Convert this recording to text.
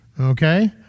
Okay